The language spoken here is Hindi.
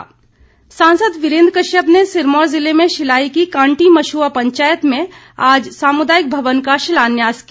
वीरेन्द्र कश्यप सांसद वीरेन्द्र कश्यप ने सिरमौर ज़िले में शिलाई की कांटी मशुआ पंचायत में आज सामुदायिक भवन का शिलान्यास किया